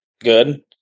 good